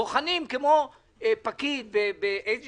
בוחנים כמו פקיד באיזה